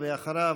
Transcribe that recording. ואחריו,